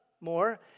more